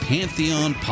Pantheon